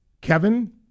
Kevin